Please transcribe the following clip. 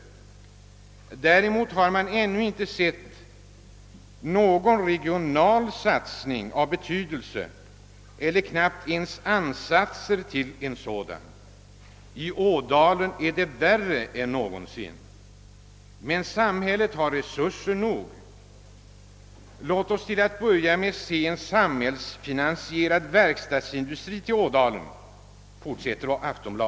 Däremot har man ännu inte sett någon regional satsning av betydelse eller knappt ens ansatser till en sådan. I Ådalen är det värre än någonsin. ——— Men samhället har resurser nog. Låt oss till att börja med se en samhällsfinansierad verkstadsindustri i Ådalen.